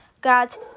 got